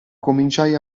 cominciai